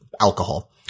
alcohol